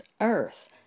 earth